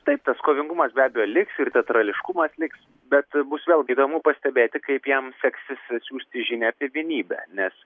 taip tas kovingumas be abejo liks ir teatrališkumas liks bet bus vėlgi įdomu pastebėti kaip jam seksis atsiųsti žinią apie vienybę nes